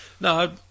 No